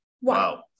wow